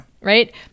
right